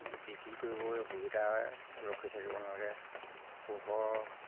বিক্ৰী কৰিবলৈ সুবিধা হয় ৰখি থাকিব নালাগে পোহৰ